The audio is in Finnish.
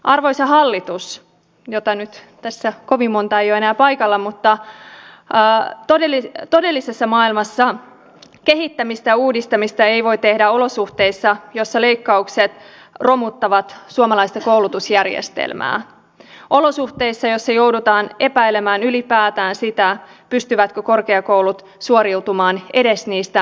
arvoisa hallitus josta nyt tässä kovin montaa ei ole enää paikalla todellisessa maailmassa kehittämistä ja uudistamista ei voi tehdä olosuhteissa joissa leikkaukset romuttavat suomalaista koulutusjärjestelmää olosuhteissa joissa joudutaan epäilemään ylipäätään sitä pystyvätkö korkeakoulut suoriutumaan edes niistä perustehtävistä